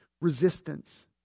resistance